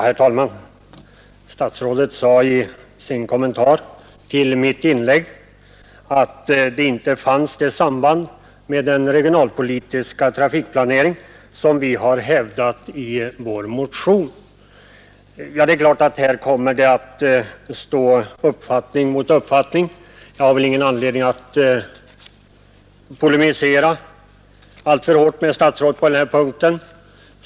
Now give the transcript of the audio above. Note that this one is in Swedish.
Herr talman! Statsrådet sade i sin kommentar till mitt inlägg att det inte fanns något sådant samband med den regionala trafikplaneringen som vi har hävdat i vår motion. Där står uppfattning mot uppfattning, men jag har väl ingen anledning att polemisera mot statsrådet på den punkten.